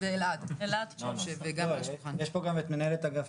נעלה את הדיסריגרד ל-5,300 שקלים.